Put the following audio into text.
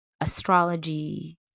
astrology